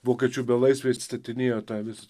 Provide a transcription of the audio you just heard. vokiečių belaisviai atstatinėjo tą vis